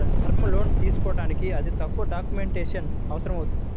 term లోన్లు తీసుకోడానికి అతి తక్కువ డాక్యుమెంటేషన్ అవసరమవుతుంది